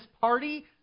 party